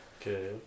okay